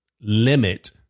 limit